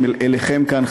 אליכם כאן,